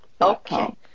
Okay